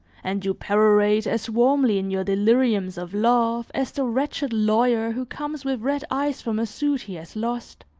and you perorate as warmly in your deliriums of love as the wretched lawyer who comes with red eyes from a suit he has lost.